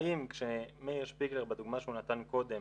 האם כשמאיר שפיגלר בדוגמא שהוא נתן קודם,